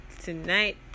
tonight